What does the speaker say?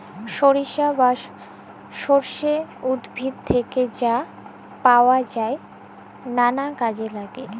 সরিষা বা সর্ষে উদ্ভিদ থ্যাকে যা পাতাট পাওয়া যায় লালা কাজে ল্যাগে